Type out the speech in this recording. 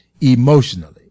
emotionally